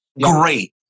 great